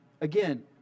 again